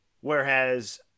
whereas